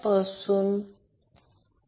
हे सर्व मग्निट्यूड समान आहेत